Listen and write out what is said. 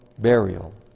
burial